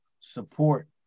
support